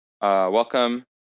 Welcome